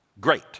great